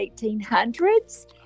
1800s